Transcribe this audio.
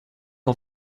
der